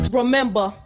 remember